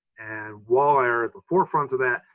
and walleye are at the forefront of that,